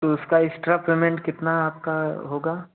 तो उसका extra payment कितना आपका होगा